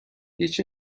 هیچ